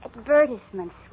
Advertisements